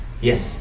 Yes